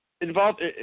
Involved